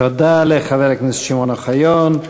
תודה לחבר הכנסת שמעון אוחיון.